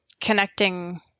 connecting